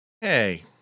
Hey